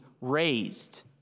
raised